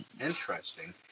Interesting